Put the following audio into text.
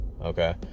Okay